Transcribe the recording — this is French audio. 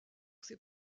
ses